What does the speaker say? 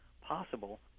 possible